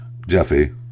Jeffy